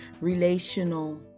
relational